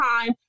time